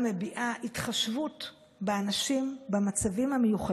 לאור הצורך לאזן בין הצרכים של האוכלוסיות הזכאיות לדחיית מועד